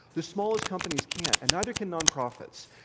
the smallest companies can't, and neither can nonprofits.